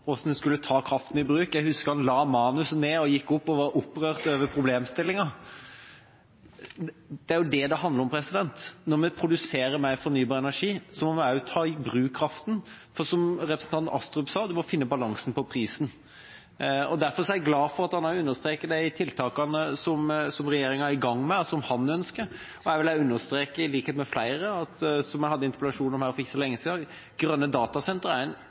hvordan en skulle ta kraften i bruk, la han manuset ned, gikk opp og var opprørt over problemstillingen. Det er jo det det handler om. Når vi produserer mer fornybar energi, må vi også ta i bruk kraften. For som representanten Astrup sa, må en finne balansen på prisen. Derfor er jeg glad for at han også understreker de tiltakene som regjeringen er i gang med, og som han ønsker. Jeg vil også understreke, i likhet med flere, det som jeg hadde interpellasjon om her for ikke lenge siden: Grønne datasentre er en